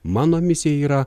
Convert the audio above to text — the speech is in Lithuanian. mano misija yra